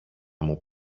μου